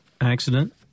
Accident